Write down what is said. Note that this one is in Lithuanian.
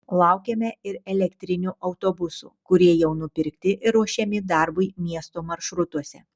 laukiame ir elektrinių autobusų kurie jau nupirkti ir ruošiami darbui miesto maršrutuose